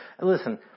Listen